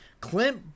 Clint